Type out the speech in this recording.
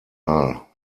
mal